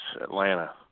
Atlanta